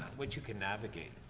what you can navigate.